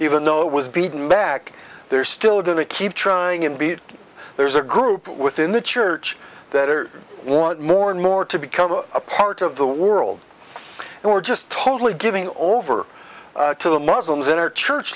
even though it was beaten back they're still going to keep trying and beat there's a group within the church that are want more and more to become a part of the world and we're just totally giving over to the muslims in our church